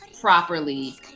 properly